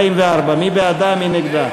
מי בעד, מי נגד?